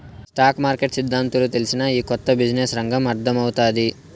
stock market సిద్దాంతాలు తెల్సినా, ఈ కొత్త బిజినెస్ రంగం అర్థమౌతాది